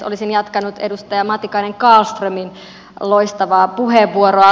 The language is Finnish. olisin jatkanut edustaja matikainen kallströmin loistavaa puheenvuoroa